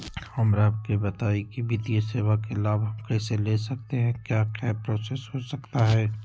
हमरा के बताइए की वित्तीय सेवा का लाभ हम कैसे ले सकते हैं क्या क्या प्रोसेस हो सकता है?